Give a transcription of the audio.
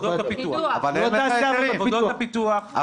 עבודות הפיתוח.